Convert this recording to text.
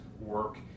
work